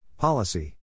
Policy